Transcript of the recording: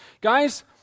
Guys